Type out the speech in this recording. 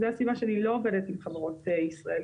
זו הסיבה שאני לא עובדת עם חברות ישראליות